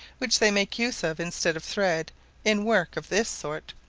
which they make use of instead of thread in work of this sort,